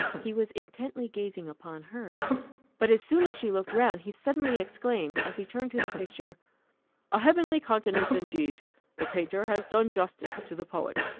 he was intently gazing upon her but as soon as she looked round, he suddenly exclaimed, as he turned to the picture a heavenly countenance, indeed the painter has done justice to the poet.